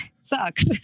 sucks